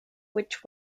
which